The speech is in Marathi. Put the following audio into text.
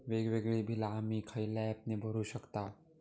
वेगवेगळी बिला आम्ही खयल्या ऍपने भरू शकताव?